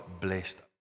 blessed